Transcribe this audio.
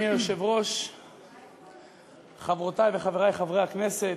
אליך כחבר ועדת החוץ והביטחון,